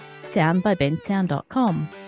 soundbybensound.com